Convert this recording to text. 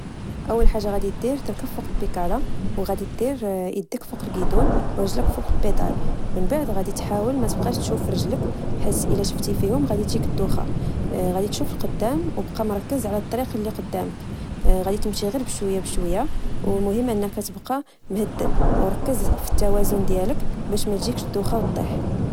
اول حاجه غادي تدير تركب فوق البيكالا وغادي تدير يديك فوق الكيدون ورجلك فوق البدال من بعد غادي تحاول متبقاش تشوف رجلك حيت اذا شفت فيهم غادي تجيك الدوخة غادي تشوف القدام وبقا مركز على الطريق للي قدامك غادي تمشي غير بشويا بشويا والمهم انك تبقى مهدن وركز في التوازن ديالك باش ماتجيك الدوخة وطيح